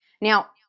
Now